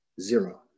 zero